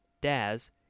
Daz